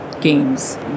games